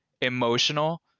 emotional